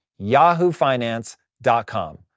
yahoofinance.com